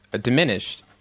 diminished